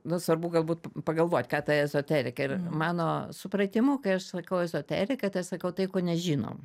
nu svarbu galbūt pagalvot ką ta ezoterika ir mano supratimu kai aš sakau ezoterika tai aš sakau tai ko nežinom